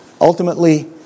Ultimately